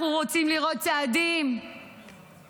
אנחנו רוצים לראות צעדים ברורים,